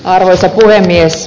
arvoisa puhemies